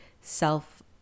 self